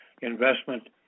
investment